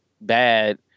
bad